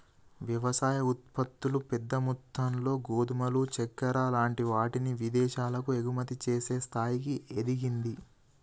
వ్యవసాయ ఉత్పత్తులు పెద్ద మొత్తములో గోధుమలు చెక్కర లాంటి వాటిని విదేశాలకు ఎగుమతి చేసే స్థాయికి ఎదిగింది